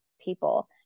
people